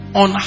on